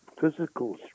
physical